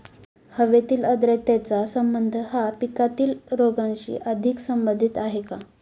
हवेतील आर्द्रतेचा संबंध हा पिकातील रोगांशी अधिक संबंधित आहे का?